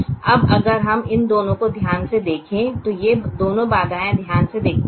अब अगर हम इन दोनों को ध्यान से देखें तो ये दोनों बाधाए ध्यान से देखते हैं